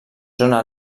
zona